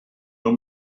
nur